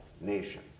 nation